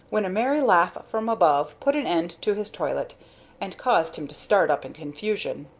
when a merry laugh from above put an end to his toilet and caused him to start up in confusion.